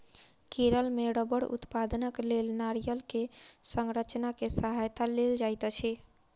केरल मे रबड़ उत्पादनक लेल नारियल के संरचना के सहायता लेल जाइत अछि